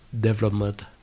development